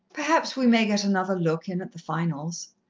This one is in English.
perhaps we may get another look in at the finals,